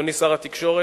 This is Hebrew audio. אדוני שר התקשורת,